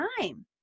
time